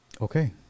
okay